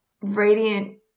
radiant